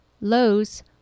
Lowe's